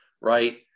right